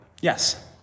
yes